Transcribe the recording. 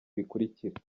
bikurikira